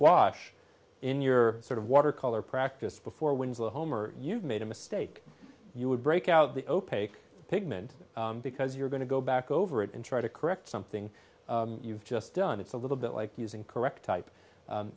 wash in your sort of watercolor practice before winslow homer you've made a mistake you would break out the opaque pigment because you're going to go back over it and try to correct something you've just done it's a little bit like using correct type